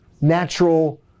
natural